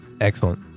Excellent